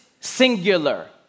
singular